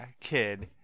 kid